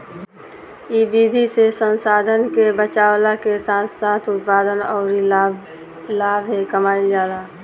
इ विधि से संसाधन के बचावला के साथ साथ उत्पादन अउरी लाभ कमाईल जाला